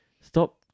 stop